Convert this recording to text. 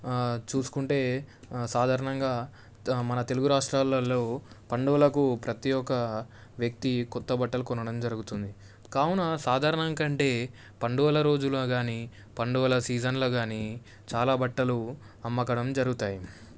చూసుకుంటే సాధారణంగా మన తెలుగు రాష్ట్రాలల్లో పండుగలకు ప్రతి ఒక్క వ్యక్తి కొత్త బట్టలు కొనడం జరుగుతుంది కావున సాధారణం కంటే పండుగల రోజులో కానీ పండుగల సీజన్లో కానీ చాలా బట్టలు అమ్మడం జరుగుతాయి